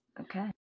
Okay